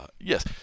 Yes